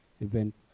event